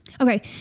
Okay